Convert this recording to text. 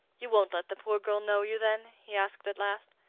you won't let the poor girl know you then? he asked at last.